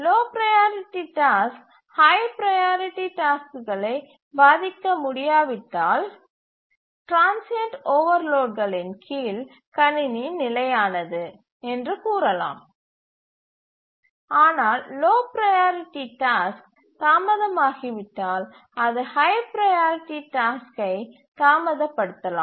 low priority task high priority டாஸ்க்குகளை பாதிக்க முடியாவிட்டால் டிரான்ஸ்சியன்ட் ஓவர்லோட் களின் கீழ் கணினி நிலையானது என்று கூறலாம் ஆனால் லோ ப்ரையாரிட்டி டாஸ்க் தாமதமாகிவிட்டால் அது ஹய் ப்ரையாரிட்டி டாஸ்க் யை தாமதப்படுத்தலாம்